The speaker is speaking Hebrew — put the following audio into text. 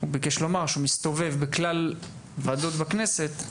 הוא ביקש לומר שהוא מסתובב בכלל ועדות בכנסת,